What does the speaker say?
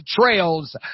trails